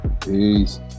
peace